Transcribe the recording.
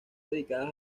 dedicadas